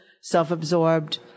self-absorbed